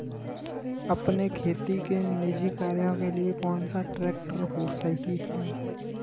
अपने खेती के निजी कार्यों के लिए कौन सा ट्रैक्टर सही है?